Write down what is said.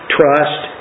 trust